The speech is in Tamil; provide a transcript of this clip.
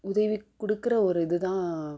உதவி கொடுக்குற ஒரு இதுதான்